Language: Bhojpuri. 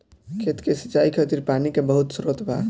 खेत के सिंचाई खातिर पानी के बहुत स्त्रोत बा